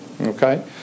okay